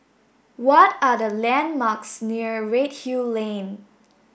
what are the landmarks near Redhill Lane